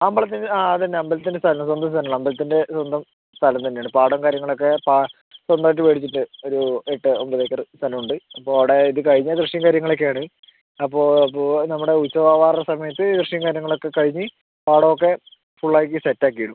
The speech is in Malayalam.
അമ്പലത്തിൻ്റെ ആ അതുതന്നെ അമ്പലത്തിൻ്റെ സ്ഥലം സ്വന്തം സ്ഥലമാണ് അമ്പലത്തിൻ്റെ സ്വന്തം സ്ഥലം തന്നെയാണ് പാടം കാര്യങ്ങളൊക്കെ അപ്പോൾ ആ സ്വന്തമായിട്ടു മേടിച്ചിട്ട് ഒരു എട്ട് ഒമ്പത് ഏക്കറ് സ്ഥലമുണ്ട് അപ്പോൾ അവിടെ ഇത് കഴിഞ്ഞാൽ കൃഷിയും കാര്യങ്ങളൊക്കെയാണ് അപ്പോൾ അപ്പോൾ നമ്മുടെ ഉത്സവ ആവാറാകുന്ന സമയത്ത് കൃഷിയും കാര്യങ്ങളുമൊക്കെ കഴിഞ്ഞ് പാടമൊക്കെ ഫുള്ളാക്കിയിട്ടു സെറ്റാക്കി ഇടും